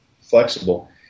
flexible